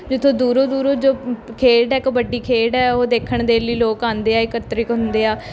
ਜਿੱਥੋਂ ਦੂਰੋਂ ਦੂਰੋਂ ਜੋ ਖੇਡ ਹੈ ਕਬੱਡੀ ਖੇਡ ਹੈ ਉਹ ਦੇਖਣ ਦੇ ਲਈ ਲੋਕ ਆਉਂਦੇ ਆ ਇਕੱਤਰਿਤ ਹੁੰਦੇ ਆ